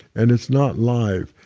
and it's not live.